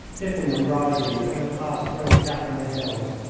dipping and rising until it passed through a gap in the hills.